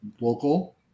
local